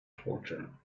torture